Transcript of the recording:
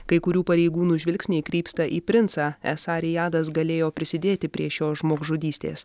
kai kurių pareigūnų žvilgsniai krypsta į princą esą rijadas galėjo prisidėti prie šios žmogžudystės